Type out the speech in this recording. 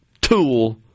tool